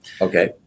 Okay